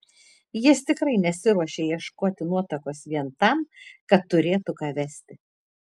jis tikrai nesiruošė ieškoti nuotakos vien tam kad turėtų ką vesti